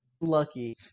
Lucky